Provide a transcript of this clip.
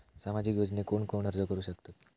सामाजिक योजनेक कोण कोण अर्ज करू शकतत?